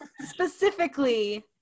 Specifically